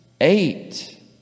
eight